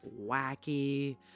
wacky